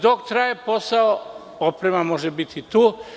Dok traje posao, oprema može biti tu.